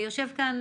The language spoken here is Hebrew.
יושב כאן